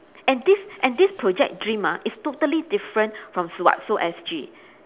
and this and this project dream ah is totally different from so what so S_G